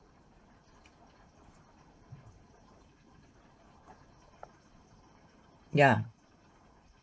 ya